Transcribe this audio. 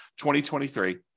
2023